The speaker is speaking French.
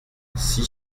six